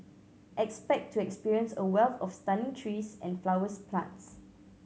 expect to experience a wealth of stunning trees and flowers plants